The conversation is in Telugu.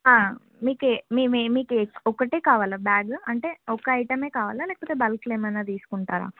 మీకే మీ మేము ఏమి మీకే ఒక్కటే కావాలా బ్యాగు అంటే ఒక ఐటెం కావాలా లేకపోతే బల్క్లో ఏమైనా తీసుకుంటారా